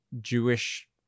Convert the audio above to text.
Jewish